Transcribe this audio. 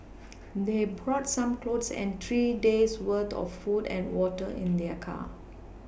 they brought some clothes and three days' worth of food and water in their car